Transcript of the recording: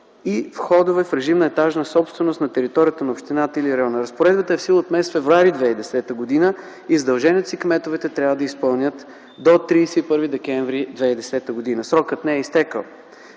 и входове в режим на етажна собственост на територията на общината или района. Разпоредбата е в сила от м. февруари 2010 г. и задълженията си кметовете трябва да изпълнят до 31 декември 2010 г. Срокът не е изтекъл